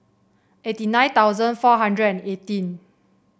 eighty nine thousand four hundred and eighteen